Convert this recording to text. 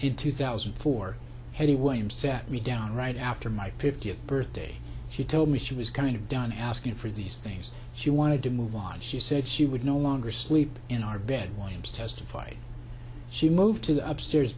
in two thousand and four heavy william sat me down right after my fiftieth birthday she told me she was kind of done asking for these things she wanted to move on she said she would no longer sleep in our bed williams testified she moved to the upstairs